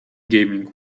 gaming